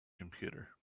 computer